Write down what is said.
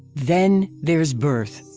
then there's birth.